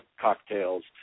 cocktails